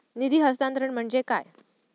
निधी हस्तांतरण म्हणजे काय?